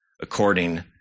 according